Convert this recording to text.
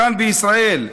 כאן בישראל,